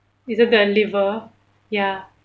is it the liver ya